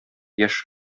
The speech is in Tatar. яшь